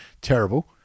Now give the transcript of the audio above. Terrible